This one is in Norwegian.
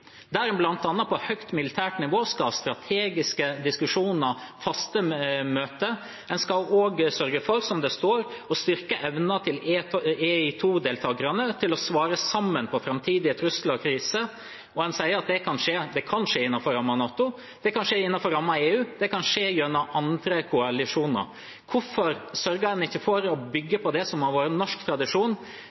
der man bl.a. på høyt militært nivå skal ha strategiske diskusjoner, faste møter. Man skal også sørge for, som det står, å styrke evnen til EI2-deltakerne til å svare sammen på framtidige trusler og kriser. Man sier at det kan skje innenfor rammen av NATO, at det kan skje innenfor rammen av EU, og at det kan skje gjennom andre koalisjoner. Hvorfor sørger man ikke for å bygge på det som har vært norsk tradisjon,